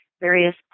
various